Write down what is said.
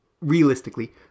realistically